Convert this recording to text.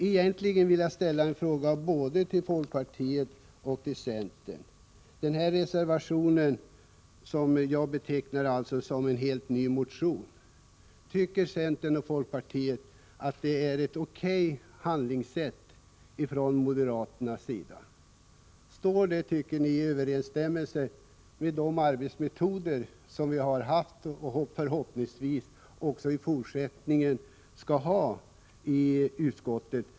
Jag skulle vilja ställa en fråga både till folkpartiets och till centerns representanter om den här reservationen, som jag betecknar som en helt ny motion: Tycker ni att det här är ett handlingssätt från moderaternas sida som är O.K.? Står detta, tycker ni, i överensstämmelse med de arbetsmetoder som vi har haft och förhoppningsvis också i fortsättningen skall ha i utskottet?